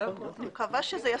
אני מקווה שזה יספיק.